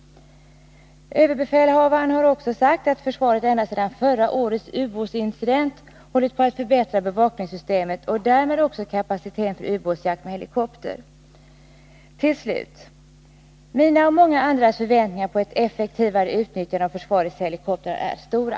Överbefälhavaren har också sagt att försvaret ända sedan förra årets ubåtsincident hållit på att förbättra bevakningssystemet och därmed också kapaciteten för ubåtsjakt med helikopter. Till slut: Mina och många andras förväntningar på ett effektivare utnyttjande av försvarets helikoptrar är stora.